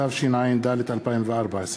התשע"ד 2014,